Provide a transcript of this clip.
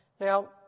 Now